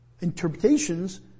Interpretations